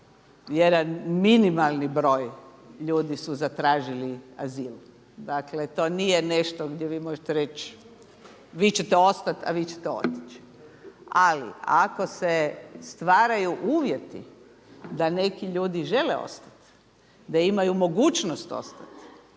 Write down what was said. jedan minimalni broj ljudi su zatražili azil. Dakle to nije nešto gdje vi možete reći vi ćete ostati, a vi ćete otići. Ali ako se stvaraju uvjeti da neki ljudi žele ostati, da imaju mogućnost ostati,